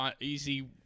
easy